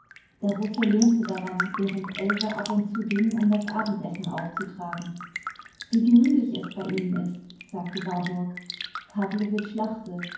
der russe lehnte daran während else ab und zu ging um das abendessen aufzutragen wie gemütlich es bei ihnen ist sagte warburg pawlowitsch lachte